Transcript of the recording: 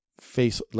face